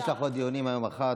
יש לך עוד דיונים היום, מחר.